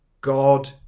God